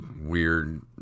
weird